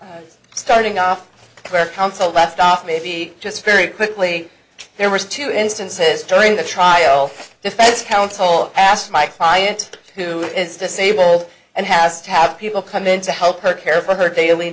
it's starting off where council left off maybe just very quickly there was two instances during the trial defense counsel asked my client who is disabled and has to have people come in to help her care for her daily